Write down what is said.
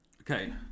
Okay